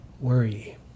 worry